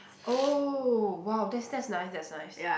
oh !wow! that's that's nice that's nice